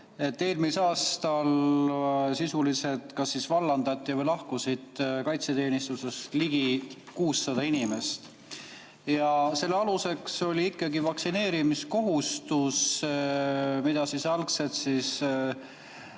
Eelmisel aastal sisuliselt kas vallandati või lahkus kaitseteenistusest ligi 600 inimest ja selle aluseks oli ikkagi vaktsineerimiskohustus, mida Herem algselt